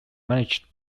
managed